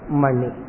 money